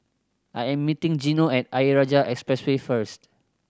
I am meeting Gino at Ayer Rajah Expressway first